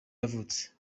yavutse